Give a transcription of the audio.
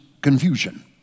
confusion